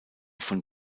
von